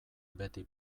beti